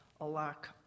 Alack